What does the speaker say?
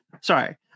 Sorry